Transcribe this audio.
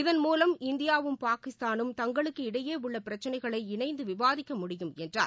இதன் மூவம் இந்தியாவும் பாகிஸ்தானும் தங்களுக்கு இடையே உள்ள பிரச்சினைகளை இணைந்து விவாதிக்க முடியும் என்றார்